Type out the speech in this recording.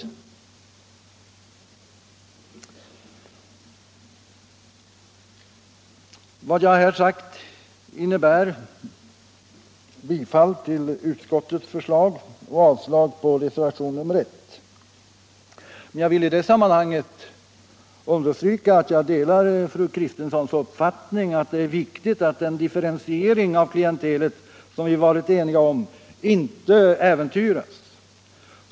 Med det jag här sagt vill jag yrka bifall till utskottets förslag och avslag på reservationen 1. Men jag vill i detta sammanhang understryka att jag delar fru Kristenssons uppfattning att det är viktigt att den differentiering av klientelet som vi varit eniga om inte äventyras.